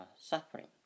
suffering